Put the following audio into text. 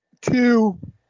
two